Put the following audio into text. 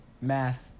math